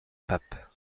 pape